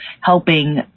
helping